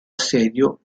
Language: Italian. assedio